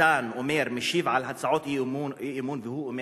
איתן אומר, משיב על הצעות אי-אמון ואומר: